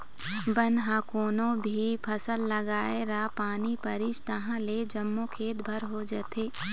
बन ह कोनो भी फसल लगाए र पानी परिस तहाँले जम्मो खेत भर हो जाथे